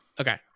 Okay